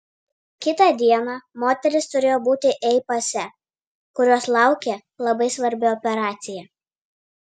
kitą dieną moteris turėjo būti ei pase kur jos laukė labai svarbi operacija